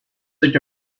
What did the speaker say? such